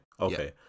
Okay